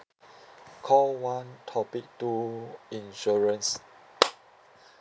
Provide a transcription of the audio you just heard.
call one topic two insurance